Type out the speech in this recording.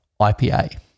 IPA